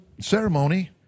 ceremony